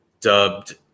dubbed